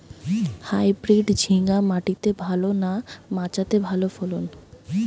Hybrid ঝিঙ্গা মাটিতে ভালো না মাচাতে ভালো ফলন?